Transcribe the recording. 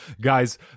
Guys